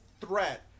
threat